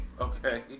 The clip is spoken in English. Okay